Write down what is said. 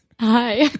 Hi